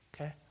okay